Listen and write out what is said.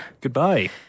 Goodbye